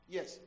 Yes